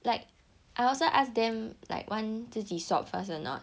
like I also ask them like want 自己 swap first or not